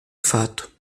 fato